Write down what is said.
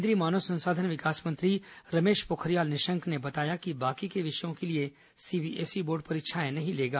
केंद्रीय मानव संसाधन विकास मंत्री रमेश पोखरियाल निशंक ने बताया कि बाकी के विषयों के लिए सीबीएसई बोर्ड परीक्षाएं नहीं लेगा